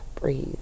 breathe